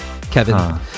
Kevin